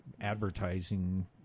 advertising